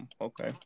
Okay